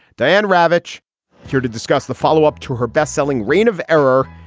diane ravitch here to discuss the follow up to her bestselling reign of error.